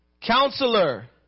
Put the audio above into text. Counselor